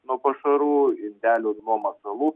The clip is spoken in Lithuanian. nuo pašarų indelių nuo masalų